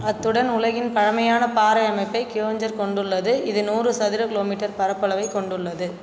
அத்துடன் உலகின் பழமையான பாறை அமைப்பைக் கியோஞ்சர் கொண்டுள்ளது இது நூறு சதுர கிலோமீட்டர் பரப்பளவைக் கொண்டுள்ளது